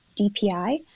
DPI